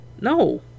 No